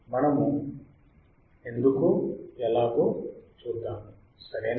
మనము ఎందుకో ఎలాగో మనము చూద్దాము సరేనా